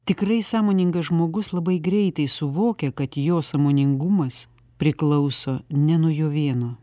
tikrai sąmoningas žmogus labai greitai suvokia kad jo sąmoningumas priklauso ne nuo jo vieno